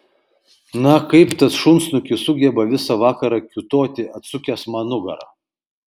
na kaip tas šunsnukis sugeba visą vakarą kiūtoti atsukęs man nugarą